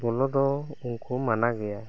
ᱵᱚᱞᱚ ᱫᱚ ᱩᱱᱠᱩ ᱢᱟᱱᱟ ᱜᱮᱭᱟ